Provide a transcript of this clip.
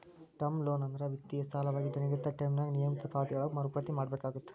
term loan ಅಂದ್ರ ವಿತ್ತೇಯ ಸಾಲವಾಗಿದ್ದ ನಿಗದಿತ ಟೈಂನ್ಯಾಗ ನಿಯಮಿತ ಪಾವತಿಗಳೊಳಗ ಮರುಪಾವತಿ ಮಾಡಬೇಕಾಗತ್ತ